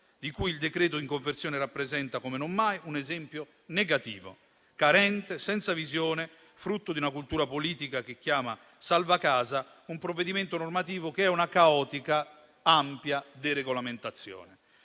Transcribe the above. di cui il decreto-legge in conversione rappresenta come non mai un esempio negativo, carente, senza visione e frutto di una cultura politica che chiama salva casa un provvedimento normativo che è una caotica e ampia deregolamentazione.